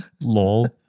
Lol